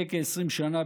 לפני כ-20 שנה,